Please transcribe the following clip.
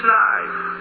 life